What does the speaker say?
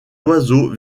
oiseau